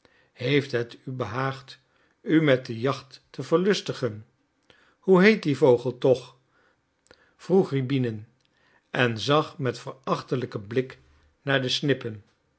heeft het u behaagd u met de jacht te verlustigen hoe heet die vogel toch vroeg rjäbinin en zag met verachtelijken blik naar de snippen